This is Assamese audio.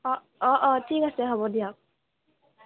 অঁ অঁ অঁ ঠিক আছে হ'ব দিয়ক